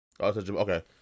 Okay